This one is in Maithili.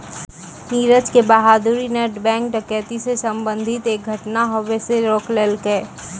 नीरज के बहादूरी न बैंक डकैती से संबंधित एक घटना के होबे से रोक लेलकै